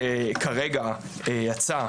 שכרגע יצא,